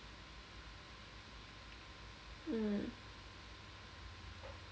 mm